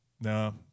No